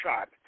shot